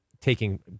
taking